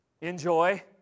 enjoy